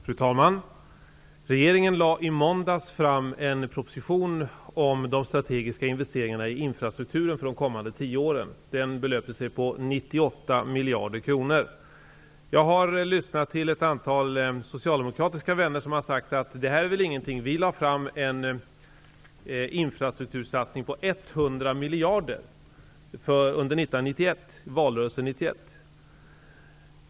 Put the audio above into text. Fru talman! Regeringen lade i måndags fram en proposition om de strategiska investeringarna i infrastrukturen för de kommande tio åren. Jag har lyssnat till en del socialdemokratiska vänner som har sagt att detta är väl ingenting. Socialdemokraterna föreslog en infrastruktursatsning på 100 miljarder under valrörelsen 1991.